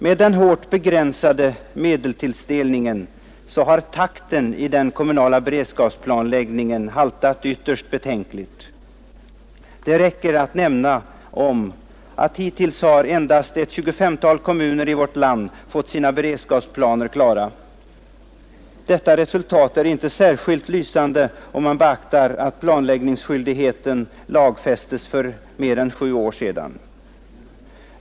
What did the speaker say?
Med den hårt begränsade medelstilldelningen har takten i den kommunala beredskapsplanläggningen haltat ytterst betänkligt. Det räcker att nämna att hittills har endast ca 25 kommuner i vårt land fått sina beredskapsplaner klara. Detta resultat är inte särskilt lysande, om man beaktar att planläggningsskyldigheten lagfästes för mer än sju år sedan.